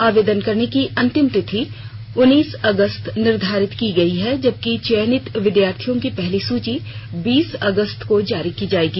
आवेदन करने की अंतिम तिथि उन्नीस अगस्त निर्धारित की गयी है जबकि चयनित विद्यार्थियों की पहली सूची बीस अगस्त को जारी की जायेगी